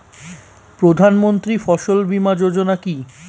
প্রধানমন্ত্রী ফসল বীমা যোজনা কি?